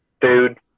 dude